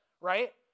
right